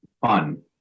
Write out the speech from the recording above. fun